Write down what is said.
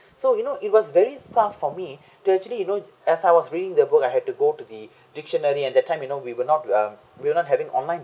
so you know it was very far for me to actually you know as I was reading the book I had to go to the dictionary and that time you know we will not uh we will not having online